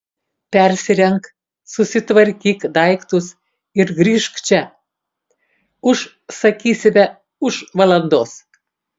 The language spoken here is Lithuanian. persirenk susitvarkyk daiktus ir grįžk čia už sakysime už valandos